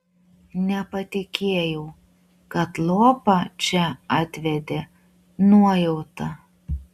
nepatikėjau kad lopą čia atvedė nuojauta